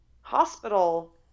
hospital